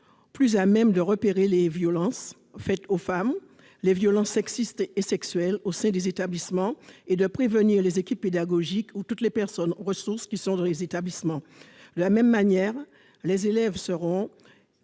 plus à même de repérer les violences faites aux femmes, les violences sexistes et sexuelles et de prévenir les équipes pédagogiques ou toutes les personnes ressources qui sont présentes dans les établissements. De la même manière, les élèves seront